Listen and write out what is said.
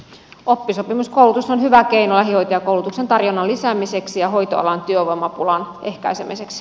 oppisopimuskoulutus on hyvä keino lähihoitajakoulutuksen tarjonnan lisäämiseksi ja hoitoalan työvoimapulan ehkäisemiseksi